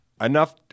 Enough